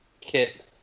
kit